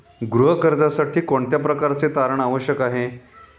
गृह कर्जासाठी कोणत्या प्रकारचे तारण आवश्यक आहे?